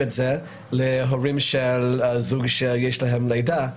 את זה להורים של בני זוג שיש להם לידה.